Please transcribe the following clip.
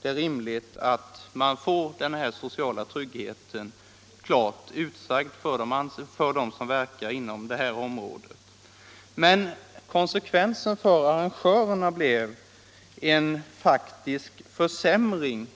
Det är rimligt att man får den sociala tryggheten klart utsagd för dem som verkar inom detta område. Men konsekvensen för arrangörerna blev en faktisk försämring